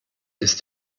ist